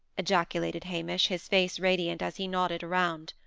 ejaculated hamish, his face radiant, as he nodded around.